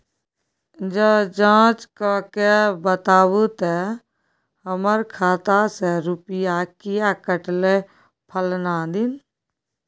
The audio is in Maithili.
ज जॉंच कअ के बताबू त हमर खाता से रुपिया किये कटले फलना दिन?